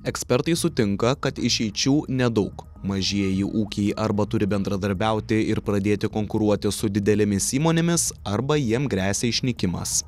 ekspertai sutinka kad išeičių nedaug mažieji ūkiai arba turi bendradarbiauti ir pradėti konkuruoti su didelėmis įmonėmis arba jiem gresia išnykimas